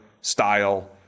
style